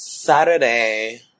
Saturday